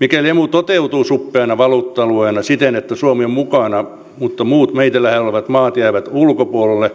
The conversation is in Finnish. mikäli emu toteutuu suppeana valuutta alueena siten että suomi on mukana mutta muut meitä lähellä olevat maat jäävät ulkopuolelle